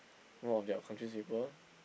more of their countries' people